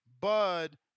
Bud